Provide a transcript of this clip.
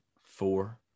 four